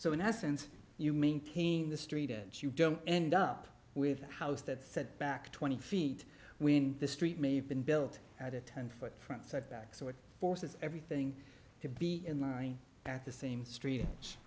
so in essence you maintain the street edge you don't end up with a house that said back twenty feet when the street may have been built at a ten foot from setback so it forces everything to be in line at the same street